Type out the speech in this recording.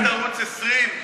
זה עוזר לך שהצלת את ערוץ 20?